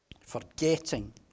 Forgetting